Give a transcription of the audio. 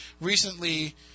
recently